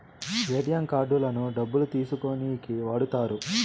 ATM కార్డులను డబ్బులు తీసుకోనీకి వాడుతారు